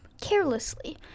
carelessly